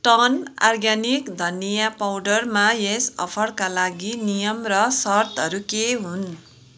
turn organic धनिया पाउडरमा यस अफरका लागि नियम र सर्तहरू के हुन्